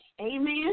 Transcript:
Amen